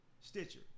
Stitcher